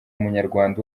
munyarwanda